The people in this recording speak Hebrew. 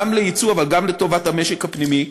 גם לייצוא אבל גם לטובת המשק הפנימי.